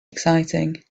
exciting